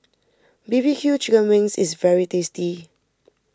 B B Q Chicken Wings is very tasty